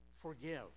forgive